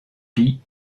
pie